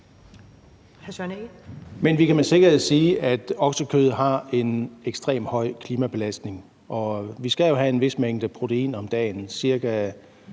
Men vi kan med sikkerhed sige, at oksekød har en ekstremt høj klimabelastning, og vi skal jo have en vis mængde protein i kroppen